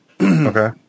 Okay